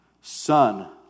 Son